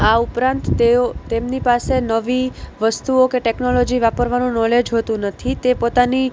આ ઉપરાંત તેઓ તેમની પાસે નવી વસ્તુઓ કે ટેક્નોલોજી વાપરવાનું નોલેજ હોતું નથી તે પોતાની